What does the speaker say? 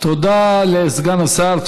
תודה לסגן השר.